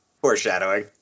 foreshadowing